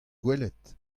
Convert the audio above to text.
gwelet